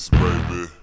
baby